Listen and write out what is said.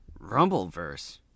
Rumbleverse